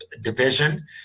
division